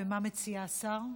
ומה מציע השר,